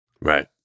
Right